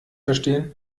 verstehen